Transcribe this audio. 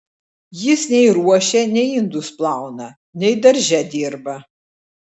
jis nei ruošia nei indus plauna nei darže dirba